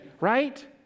right